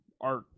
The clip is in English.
art